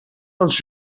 els